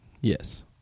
Yes